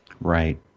Right